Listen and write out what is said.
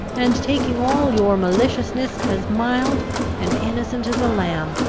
and taking all your maliciousness as mild and innocent as a lamb,